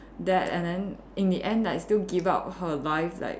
that and then in the end like still give up her life like